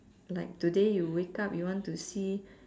like today you wake up you want to see